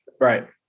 Right